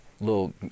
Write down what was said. little